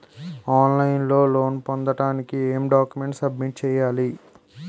On line లో loan పొందటానికి ఎం డాక్యుమెంట్స్ సబ్మిట్ చేయాలి?